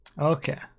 Okay